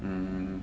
hmm